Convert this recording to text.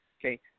Okay